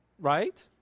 right